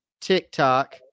TikTok